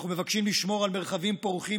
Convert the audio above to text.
אנחנו מבקשים לשמור על מרחבים פורחים